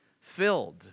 filled